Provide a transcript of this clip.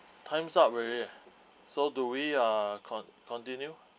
time's up already so do we uh con~ continue